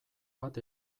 bat